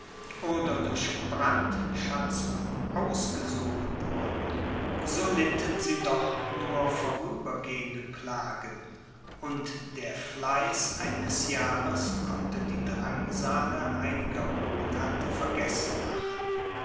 oder durch brandschatzungen ausgesogen wurden so litten sie doch nur vorübergehende plagen und der fleiß eines jahres konnte die drangsale einiger monate vergessen machen